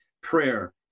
prayer